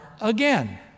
again